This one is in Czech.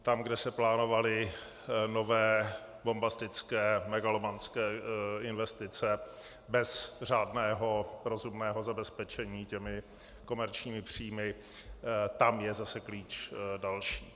Tam, kde se plánovaly nové bombastické, megalomanské investice bez řádného rozumného zabezpečení komerčními příjmy, tam je zase klíč další.